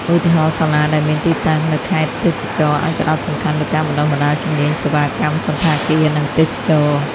ឧទាហរណ៍ សាលាដែលមានទីតាំងនៅខេត្តទេសចរណ៍ អាចផ្តោតសំខាន់លើការបណ្តុះបណ្តាលជំនាញសេវាកម្មសណ្ឋាគារ និងទេសចរណ៍។